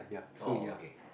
oh okay